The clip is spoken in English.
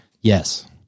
Yes